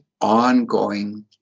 ongoing